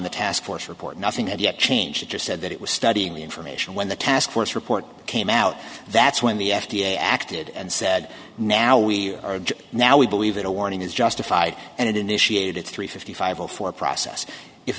the task force report nothing had changed it just said that it was studying the information when the task force report came out that's when the f d a acted and said now we are now we believe that a warning is justified and it initiated at three fifty five zero four process if